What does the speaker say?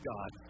God